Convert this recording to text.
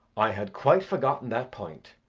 i had quite forgotten that point.